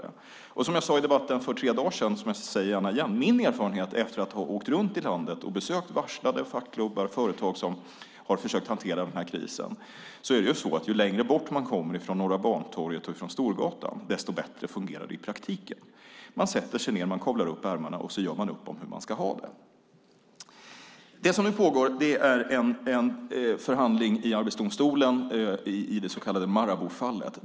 Jag sade det i debatten för tre dagar sedan, och jag säger det gärna igen: Min erfarenhet efter att ha åkt runt i landet och besökt varslade fackklubbar och företag som har försökt hantera krisen visar att ju längre bort från Norra Bantorget och Storgatan man kommer, desto bättre fungerar det i praktiken. Man sätter sig ned, kavlar upp ärmarna och gör upp om hur man ska ha det. Det som nu pågår är en förhandling i Arbetsdomstolen i det så kallade Maraboufallet.